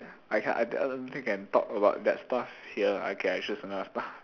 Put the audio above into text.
I can't I I don't think can talk about that stuff here okay I choose another stuff